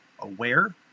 aware